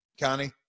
Connie